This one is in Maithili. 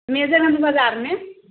मेजरगंज बाजारमे